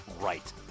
right